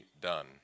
done